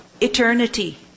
eternity